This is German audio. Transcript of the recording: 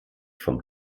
vom